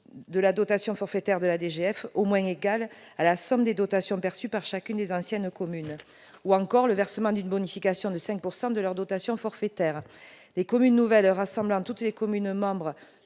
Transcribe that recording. de la dotation forfaitaire de la DGF au moins égale à la somme des dotations perçues par chacune des anciennes communes, ou encore le versement d'une bonification de 5 % de leur dotation forfaitaire. Les communes nouvelles rassemblant toutes les communes membres